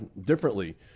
differently